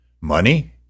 Money